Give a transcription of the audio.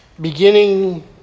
beginning